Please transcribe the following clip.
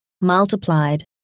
multiplied